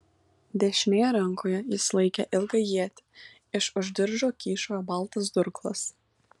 dešinėje rankoje jis laikė ilgą ietį iš už diržo kyšojo baltas durklas